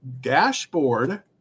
dashboard